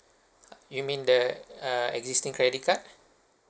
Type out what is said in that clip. you mean the err existing credit card